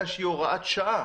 חקיקה בדמות הוראת שעה